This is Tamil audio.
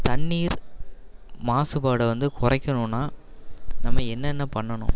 தண்ணீர் மாசுபாட்ட வந்து குறைக்கணுன்னா நம்ம என்னென்ன பண்ணணும்